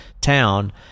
town